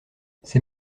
c’est